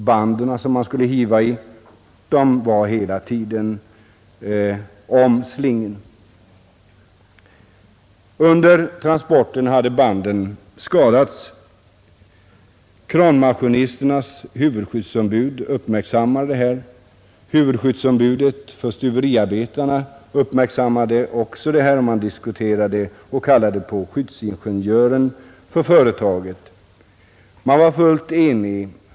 Banden som man skulle hiva i hade skadats under transporten. Kranmaskinisternas huvudskyddsombud uppmärksammade saken. Huvudskyddsombudet för stuveriarbetarna uppmärksammade den också. De diskuterade saken och kallade på skyddsingenjören hos företaget.